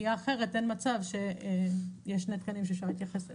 כי האחרת אין מצב שיש שני תקנים שאפשר להתייחס אליהם.